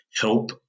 help